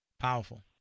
powerful